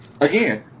again